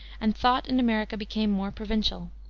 and thought in america became more provincial.